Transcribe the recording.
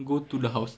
go to the house